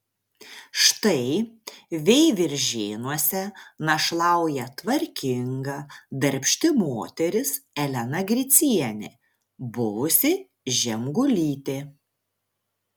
štai veiviržėnuose našlauja tvarkinga darbšti moteris elena gricienė buvusi žemgulytė